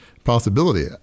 possibility